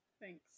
Thanks